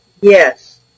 yes